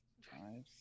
five